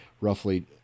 roughly